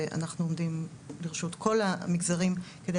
ואנחנו עומדים לרשות כל המגזרים כדי